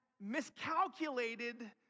miscalculated